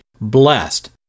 blessed